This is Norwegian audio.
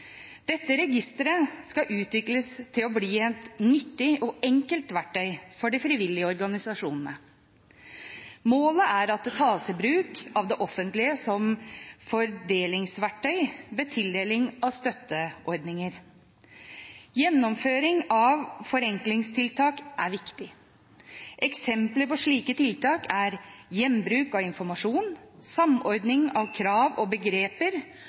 Dette registeret skal utvikles til å bli et nyttig og enkelt verktøy for de frivillige organisasjonene. Målet er at det tas i bruk av det offentlige som et fordelingsverktøy ved tildeling av støtteordninger. Gjennomføring av forenklingstiltak er viktig. Eksempler på slike tiltak er gjenbruk av informasjon, samordning av krav og begreper